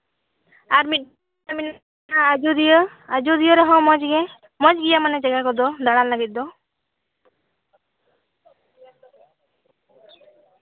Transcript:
ᱟᱨ ᱢᱤᱫᱴᱟᱱ ᱢᱮᱱᱟᱜᱼᱟ ᱟᱡᱚᱫᱤᱭᱟᱹ ᱟᱡᱚᱫᱤᱭᱟᱹ ᱨᱮᱦᱚᱸ ᱢᱚᱡᱽᱜᱮ ᱢᱚᱡᱽ ᱜᱮᱭᱟ ᱢᱟᱱᱮ ᱡᱟᱭᱜᱟ ᱠᱚᱫᱚ ᱫᱟᱬᱟᱱ ᱞᱟᱹᱜᱤᱫ ᱫᱚ